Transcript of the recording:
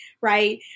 right